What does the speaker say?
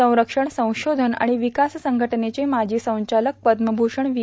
संरक्षण संशोधन आर्गण र्विकास संघटनेचे माजी संचालक पद्मभूषण व्ही